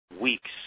Weeks